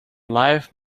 life